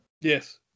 Yes